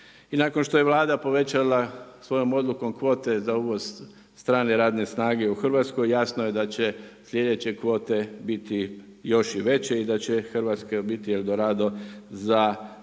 nakon što je Vlada povećala svojom odlukom kvote za uvoz strane radne snage u Hrvatsku, jasno je da će sljedeće kvote biti još i veće i da će Hrvatska biti …/Govornik se